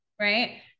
right